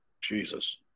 Jesus